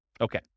Okay